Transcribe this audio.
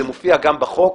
זה מופיע גם בחוק.